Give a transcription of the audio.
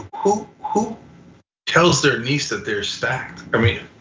who who tells their niece that they're stacked? i mean,